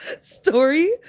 Story